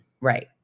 Right